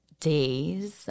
Days